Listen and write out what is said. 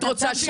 את רוצה -- לא,